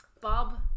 Bob